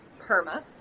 PERMA